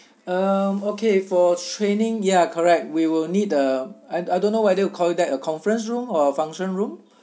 um okay for training ya correct we will need a I I don't know whether you call it that a conference room or function room